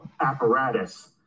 apparatus